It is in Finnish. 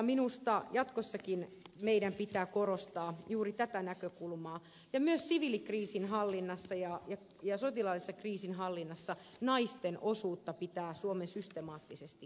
minusta jatkossakin meidän pitää korostaa juuri tätä näkökulmaa ja myös siviilikriisinhallinnassa ja sotilaallisessa kriisinhallinnassa naisten osuutta pitää suomen systemaattisesti lisätä